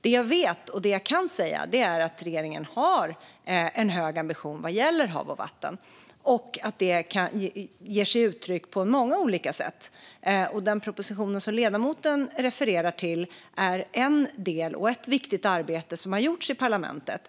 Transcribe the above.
Det jag vet, och det jag kan säga, är att regeringen har en hög ambition vad gäller hav och vatten och att den kan ta sig uttryck på många olika sätt. Den proposition som ledamoten refererar till är en del och ett viktigt arbete som har gjorts i parlamentet.